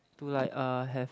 to like uh have